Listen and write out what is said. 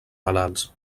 malalts